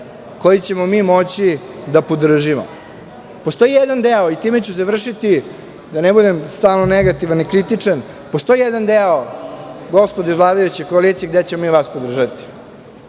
koji ćemo mi moći da podržimo? Postoji jedan deo i time ću završiti, da ne budem stalno negativan i kritičan, postoji jedan deo, gospodo iz vladajuće koalicije, gde ćemo mi vas podržati.